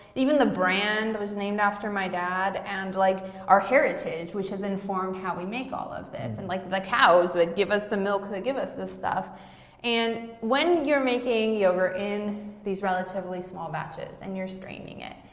even the brand, which is named after my dad, and like our heritage, which has informed how we make all this, and like the cows that give us the milk that give us this stuff and when you're making yogurt in these relatively small batches, and you're straining it,